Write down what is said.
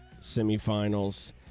semifinals